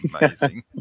amazing